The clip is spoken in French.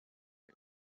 des